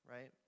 right